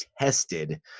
tested